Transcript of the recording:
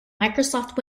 microsoft